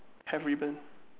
have ribbon